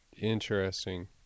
Interesting